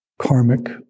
karmic